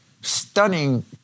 stunning